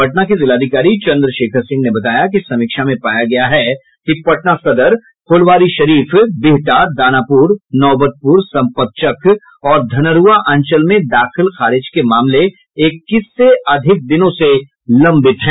पटना के जिलाधिकारी चन्द्रशेखर सिंह ने बताया कि समीक्षा में पाया गया है कि पटना सदर फुलवारीशरीफ बिहटा दानापूर नौबतपूर सम्पतचक और धनरूआ अंचल में दाखिल खारिज के मामले इक्कीस से अधिक दिनो से लंबित हैं